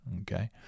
Okay